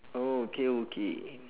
oh okay okay